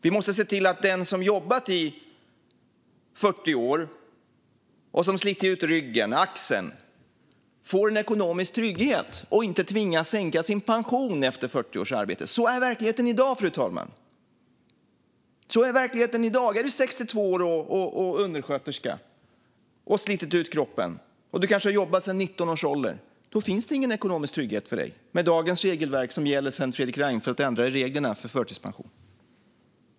Vi måste se till att den som har jobbat i 40 år och slitit ut ryggen eller axeln får en ekonomisk trygghet och inte tvingas sänka sin pension efter 40 års arbete. Sådan är verkligheten i dag, fru talman. Är du en 62-årig undersköterska som har jobbat sedan 19 års ålder och slitit ut kroppen finns det ingen ekonomisk trygghet för dig med dagens regelverk, som gäller sedan Fredrik Reinfeldt ändrade reglerna för förtidspension.